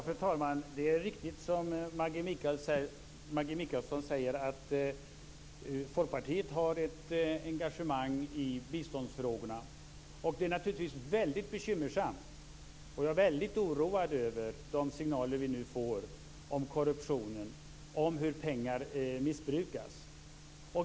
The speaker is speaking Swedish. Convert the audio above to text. Fru talman! Det är riktigt som Maggi Mikaelsson säger att Folkpartiet har ett engagemang i biståndsfrågorna. Det är naturligtvis väldigt bekymmersamt, och jag är väldigt oroad över de signaler vi nu får om korruptionen och om hur pengar missbrukas.